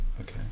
okay